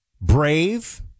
brave